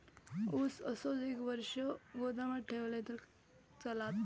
ऊस असोच एक वर्ष गोदामात ठेवलंय तर चालात?